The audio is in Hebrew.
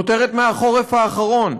כותרת מהחורף האחרון: